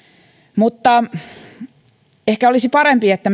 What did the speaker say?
mutta ehkä olisi parempi että